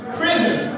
prison